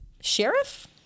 sheriff